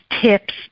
tips